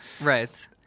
Right